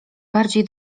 bardziej